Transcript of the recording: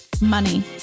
money